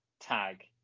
tag